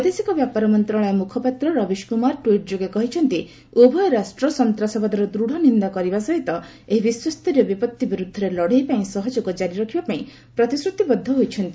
ବୈଦେଶିକ ବ୍ୟାପାର ମନ୍ତ୍ରଣାଳୟର ମୁଖପାତ୍ର ରବିଶ କୁମାର ଟ୍ୱିଟ୍ ଯୋଗେ କହିଛନ୍ତି ଉଭୟ ରାଷ୍ଟ୍ର ସନ୍ତାସବାଦର ଦୃଢ଼ ନିନ୍ଦା କରିବା ସହିତ ଏହି ବିଶ୍ୱସ୍ତରୀୟ ବିପଭି ବିରୁଦ୍ଧରେ ଲଢ଼େଇ ପାଇଁ ସହଯୋଗ ଜାରି ରଖିବା ପାଇଁ ପ୍ରତିଶ୍ରତିବଦ୍ଧ ହୋଇଛନ୍ତି